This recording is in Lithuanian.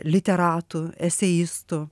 literatu eseistu